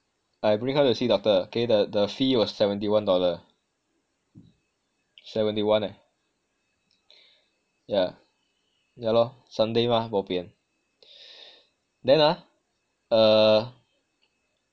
I bring her to see doctor okay the the fee was seventy one dollar seventy one leh yah yah lor sunday mah bo bian then ah uh